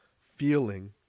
feeling